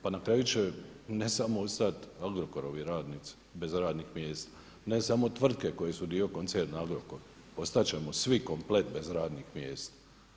Pa na kraju će ne samo ostat Agrokorovi radnici bez radnih mjesta, ne samo tvrtke koje su dio koncerna Agrokor, ostat ćemo svi komplet bez radnih mjesta.